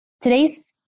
Today's